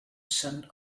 scent